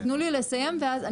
תנו לי לסיים, ואז.